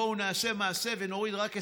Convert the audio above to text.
בואו נעשה מעשה ונוריד רק 23%,